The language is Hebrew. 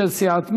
של סיעת מרצ.